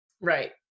right